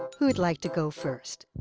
who would like to go first?